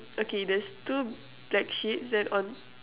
okay there's two black sheeps then on